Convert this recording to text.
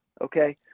okay